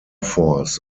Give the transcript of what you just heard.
force